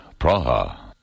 Praha